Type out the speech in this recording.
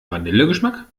vanillegeschmack